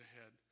ahead